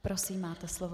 Prosím, máte slovo.